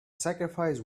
sacrifice